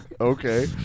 Okay